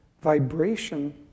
vibration